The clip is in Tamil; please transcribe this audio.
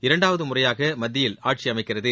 இரண்டாவது முறையாக மத்தியில் ஆட்சியமைக்கிறது